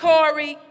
Corey